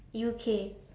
U_K